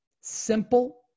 simple